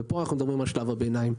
כאן אנחנו מדברים על שלב הביניים.